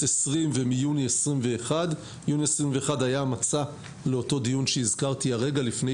2020 ומיוני 2021. יוני 2021 היה המצע לאותו דיון שקיימנו לפני